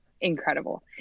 incredible